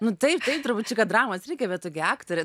nu taip taip trupučiuką dramos reikia bet tu gi aktorė